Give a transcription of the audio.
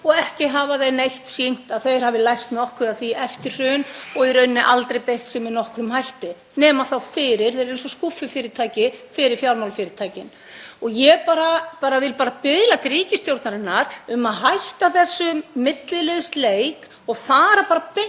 Ekki hafa þeir neitt sýnt að þeir hafi lært nokkuð af því eftir hrun og í rauninni aldrei beitt sér með nokkrum hætti nema þá fyrir — þeir eru eins og skúffufyrirtæki fyrir fjármálafyrirtækin. Ég biðla til ríkisstjórnarinnar um að hætta þessum milliliðaleik og fara bara beint